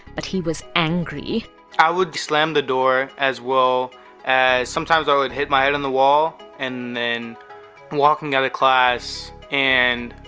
but he was angry i would slam the door as well as sometimes, i would hit my head on the wall and then walking out of class and